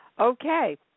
Okay